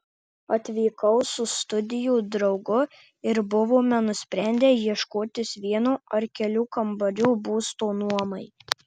atvykau su studijų draugu ir buvome nusprendę ieškotis vieno ar kelių kambarių būsto nuomai